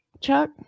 Chuck